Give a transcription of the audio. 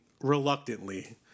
reluctantly